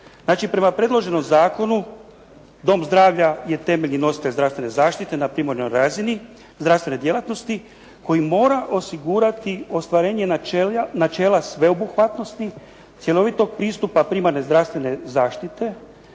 Znači prema predloženom zakonu dom zdravlja je temeljni nositelj zdravstvene zaštite na primarnoj razini zdravstvene djelatnosti koji mora osigurati ostvarenje načela sveobuhvatnosti, cjelovitog pristupa primarne zdravstvene zaštite,